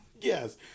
Yes